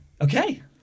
Okay